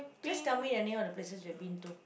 just tell me a name of the places you have been to